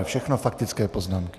Všechno faktické poznámky.